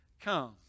come